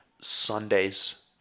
Sundays